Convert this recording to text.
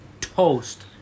toast